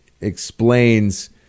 explains